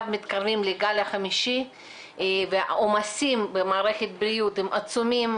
מתקרבים לגל החמישי והעומסים במערכת הבריאות הם עצומים,